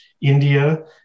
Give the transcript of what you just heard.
India